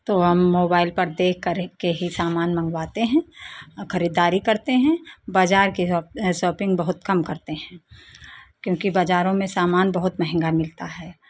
तो हम मोबाइल पर देख के ही सामान मंगवाते हैं खरीददारी करते हैं बाज़ार के शॉप शॉपिंग बहुत कम करते हैं क्योंकि बाज़ारों में सामान बहुत महंगा मिलता है